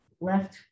left